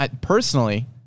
personally